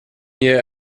year